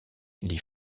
les